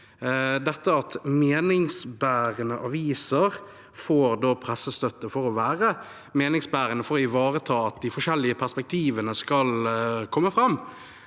meningsbærende aviser får pressestøtte for å være meningsbærende, for å ivareta at de forskjellige perspektivene skal komme fram.